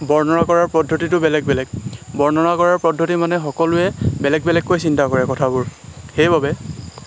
বৰ্ণনা কৰাৰ পদ্ধতিটো বেলেগ বেলেগ বৰ্ণনা কৰাৰ পদ্ধতি মানে সকলোৱে বেলেগ বেলেগকৈ চিন্তা কৰে কথাবোৰ সেইবাবে